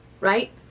right